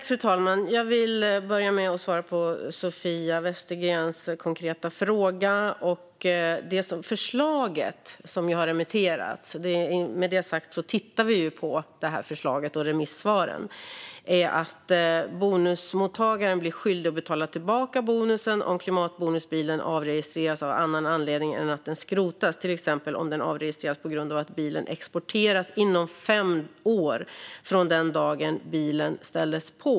Fru talman! Jag vill börja med att svara på Sofia Westergrens konkreta fråga. Förslaget som har remitterats - vi tittar på det och på remissvaren - är att bonusmottagaren blir skyldig att betala tillbaka bonusen om klimatbonusbilen avregistreras av annan anledning än att den skrotas, till exempel för att bilen exporteras, inom fem år från den dagen den ställdes på.